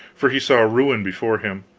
for he saw ruin before him,